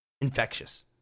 infectious